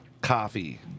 coffee